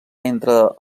entre